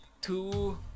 two